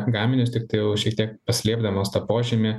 gaminius tiktai jau šiek tiek paslėpdamos tą požymį